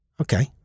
Okay